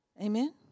Amen